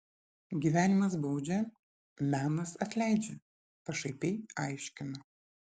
gyvenimas baudžia menas atleidžia pašaipiai aiškino